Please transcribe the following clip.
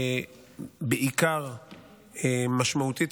בעיקר משמעותית,